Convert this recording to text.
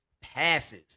passes